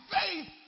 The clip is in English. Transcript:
faith